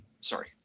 Sorry